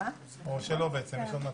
הישיבה נעולה.